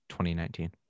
2019